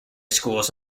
schools